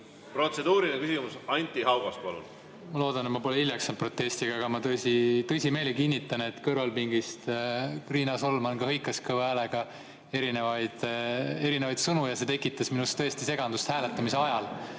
Protseduuriline küsimus, Anti Haugas, palun! Ma loodan, et ma pole hiljaks jäänud protestiga, aga tõsi, ma tõsimeeli kinnitan, et kõrvalpingist Riina Solman hõikas kõva häälega erinevaid sõnu ja see tekitas minus tõesti segadust. Hääletamise ajal